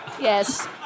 Yes